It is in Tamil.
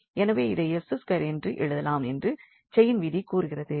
எனவே இதை 𝑠2 என்று எழுதலாம் என்று செயின் விதி கூறுகிறது